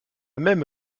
même